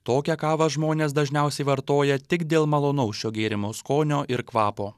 tokią kavą žmonės dažniausiai vartoja tik dėl malonaus šio gėrimo skonio ir kvapo